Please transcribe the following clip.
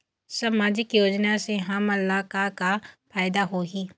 सामाजिक योजना से हमन ला का का फायदा होही?